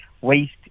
waste